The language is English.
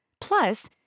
Plus